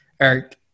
Eric